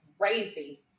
crazy